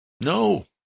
No